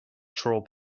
troll